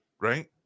right